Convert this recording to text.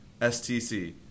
STC